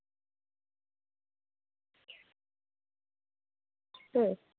ᱦᱩᱸ